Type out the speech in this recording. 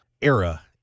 era